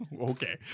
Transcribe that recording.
Okay